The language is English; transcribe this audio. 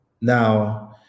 Now